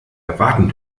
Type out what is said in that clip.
erwarten